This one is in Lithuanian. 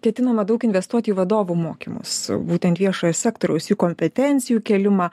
ketinama daug investuoti į vadovų mokymus būtent viešojo sektoriaus jų kompetencijų kėlimą